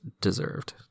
deserved